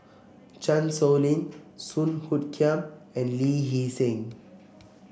Chan Sow Lin Song Hoot Kiam and Lee Hee Seng